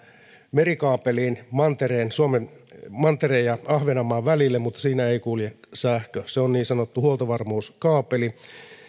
merikaapeliin suomen mantereen ja ahvenanmaan välille mutta siinä ei kulje sähkö se on niin sanottu huoltovarmuuskaapeli